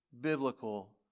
biblical